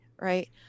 right